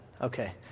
Okay